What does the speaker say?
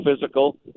physical